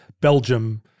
Belgium